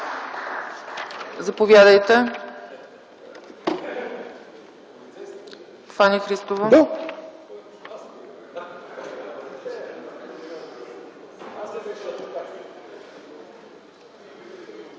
Заповядайте. Фани Христова.